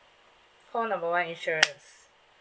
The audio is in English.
call number one insurance